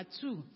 two